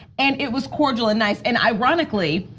and it was cordial and nice. and ironically,